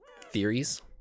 theories